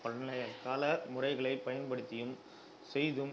பண்டைய கால முறைகளை பயன்படுத்தியும் செய்தும்